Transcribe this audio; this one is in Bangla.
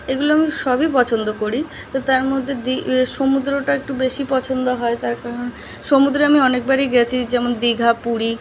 এগুলো আমি সবই পছন্দ করি তার মধ্যে দি সমুদ্রটা একটু বেশি পছন্দ হয় তার কারণ সমুদ্রে আমি অনেকবারই গেছি যেমন দীঘা পুরী